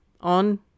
on